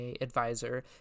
advisor